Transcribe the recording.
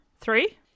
Three